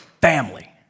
family